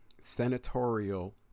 senatorial